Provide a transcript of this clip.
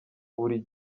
buri